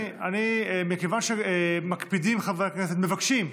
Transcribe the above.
אדוני, מכיוון שמקפידים חברי הכנסת, מבקשים,